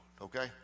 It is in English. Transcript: Okay